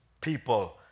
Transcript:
people